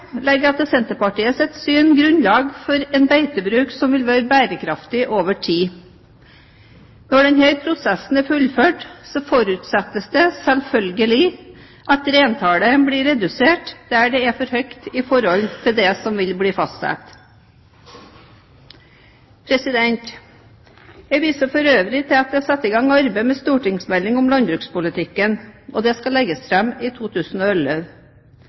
legger etter Senterpartiets syn grunnlag for en beitebruk som vil være bærekraftig over tid. Når denne prosessen er fullført, forutsettes det, selvfølgelig, at reintallet blir redusert der det er for høyt i forhold til det som vil bli fastsatt. Jeg viser for øvrig til at det er satt i gang et arbeid med en stortingsmelding om landbrukspolitikken, som skal legges fram i 2011.